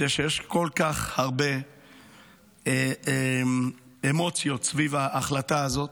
אני יודע שיש כל כך הרבה אמוציות סביב ההצעה הזאת,